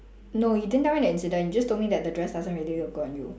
no you didn't tell me the incident you just told me that the dress doesn't really look good on you